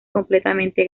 completamente